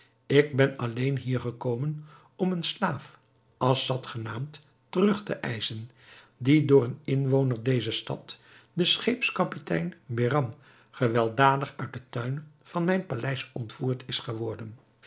ik ben alleen hier gekomen om een slaaf assad genaamd terug te eischen die door een inwoner dezer stad den scheepskapitein behram gewelddadig uit den tuin van mijn paleis ontvoerd is geworden